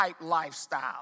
lifestyle